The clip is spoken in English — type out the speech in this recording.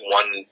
one